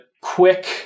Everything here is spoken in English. quick